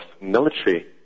military